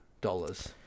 dollars